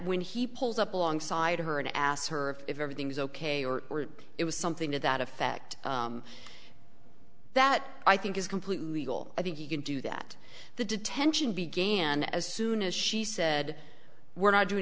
when he pulls up alongside her and asked her if everything was ok or it was something to that effect that i think is completely legal i think you can do that the detention began as soon as she said we're not doing